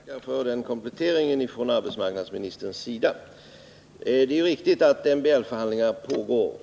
Herr talman! Jag tackar för den kompletteringen av arbetsmarknadsministern. Det är riktigt att MBL-förhandlingar pågår.